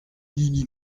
hini